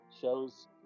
shows